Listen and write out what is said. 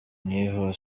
niho